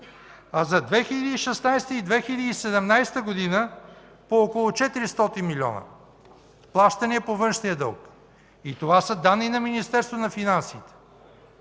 а за 2016 г. и 2017 г. – по около 400 милиона, плащания по външния дълг. И това са данни на Министерството на финансите.